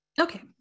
Okay